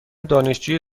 دانشجوی